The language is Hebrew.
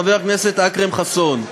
חבר הכנסת אכרם חסון,